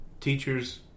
teachers